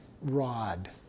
rod